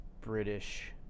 British